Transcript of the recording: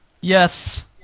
Yes